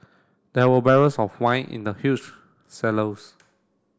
there were barrels of wine in the huge cellars